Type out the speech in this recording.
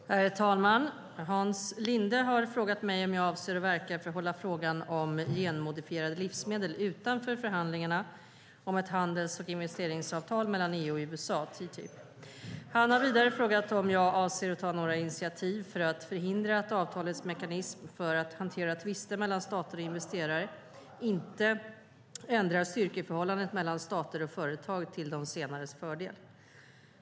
Herr talman! Hans Linde har frågat mig om jag avser att verka för att hålla frågan om genmodifierade livsmedel utanför förhandlingarna om ett handels och investeringsavtal mellan EU och USA, TTIP. Han har vidare frågat om jag avser att ta några initiativ för att förhindra att avtalets mekanism för att hantera tvister mellan stater och investerare inte ändrar styrkeförhållandet mellan stater och företag till de senares fördel.